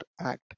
act